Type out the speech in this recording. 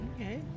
Okay